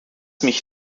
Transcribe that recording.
mich